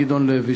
גדעון לוי,